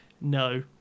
no